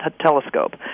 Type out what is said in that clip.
telescope